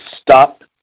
stop